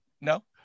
No